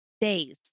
days